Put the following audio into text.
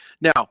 Now